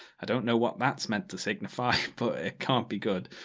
i don't know, what that's meant to signify, but it can't be good.